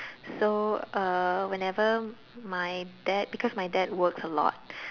so uh whenever my dad because my dad works a lot